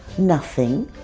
nothing,